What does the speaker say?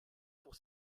pour